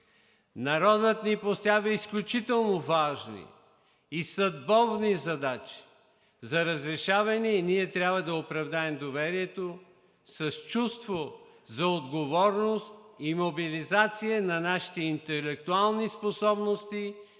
Народът ни поставя изключително важни и съдбовни задачи за разрешаване и ние трябва да оправдаем доверието с чувство за отговорност и мобилизация на нашите интелектуални способности